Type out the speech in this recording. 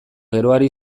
geroari